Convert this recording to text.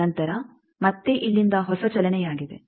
ನಂತರ ಮತ್ತೆ ಇಲ್ಲಿಂದ ಹೊಸ ಚಲನೆಯಾಗಿದೆ